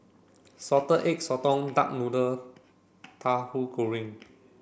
Salted Egg Sotong Duck Noodle Tahu Goreng